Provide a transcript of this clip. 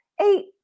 Eight